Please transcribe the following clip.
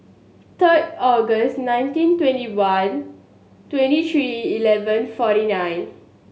third August nineteen twenty one twenty three eleven forty nine